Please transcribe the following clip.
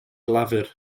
lafur